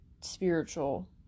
spiritual